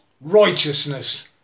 righteousness